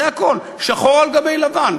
זה הכול, שחור על גבי לבן.